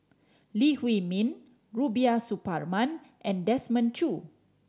Lee Huei Min Rubiah Suparman and Desmond Choo